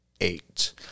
eight